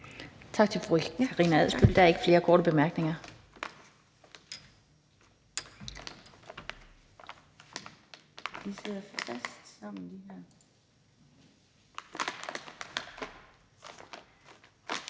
Tak til fru Karina Adsbøl – der er ikke flere korte bemærkninger.